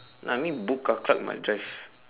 no I mean book car club you must drive